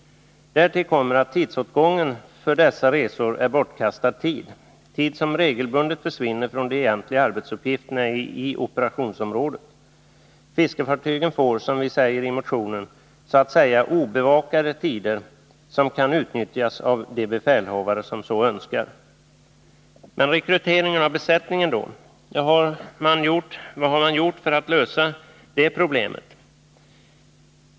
de RN a Därtill kommer att tidsåtgången för dessa resor är bortkastad tid tidsom 4 nslag till tullverregelbundet försvinner från de egentliga arbetsuppgifterna i operationsomket, m.m. rådet. Fiskefartyget får, som vi säger i motionen, så att säga obevakade tider, som kan utnyttjas av de befälhavare som så önskar. Men rekrytering av besättningar då — vad har man gjort för att lösa det problemet?